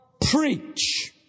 preach